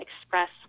express